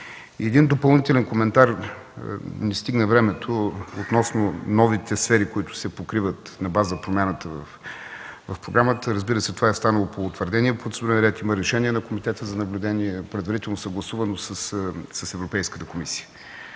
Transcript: един допълнителен коментар, не стигна времето, относно новите сфери, които се покриват на база промяната в програмата. Разбира се, това е станало по утвърдения процедурен ред, има решение на Комитета за наблюдение, предварително съгласувано с Европейската комисия.